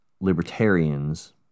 Libertarians